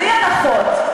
בלי הנחות.